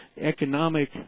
economic